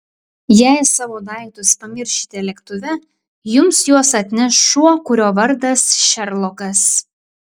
jei savo daiktus pamiršite lėktuve jums juos atneš šuo kurio vardas šerlokas